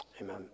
amen